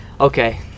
Okay